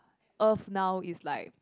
earth now is like